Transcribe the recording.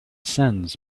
sends